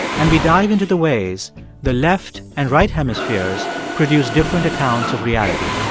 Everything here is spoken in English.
and we dive into the ways the left and right hemispheres produce different accounts of reality